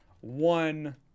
One